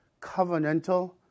covenantal